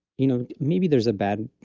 you know, maybe there's a bad,